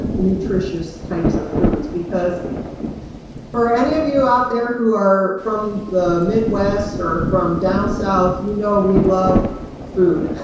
nutritious types of foods. because for any of you out there who are from the midwest, or from down south, you know we love food.